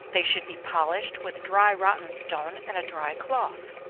they should be polished with dry rotten stone, and a dry cloth.